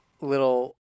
little